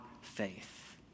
faith